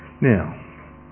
Now